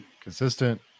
consistent